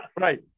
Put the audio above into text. right